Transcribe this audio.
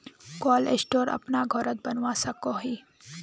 Cold store अपना घोरोत बनवा सकोहो ही?